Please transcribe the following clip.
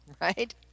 right